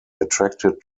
attracted